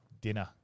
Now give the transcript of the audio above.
dinner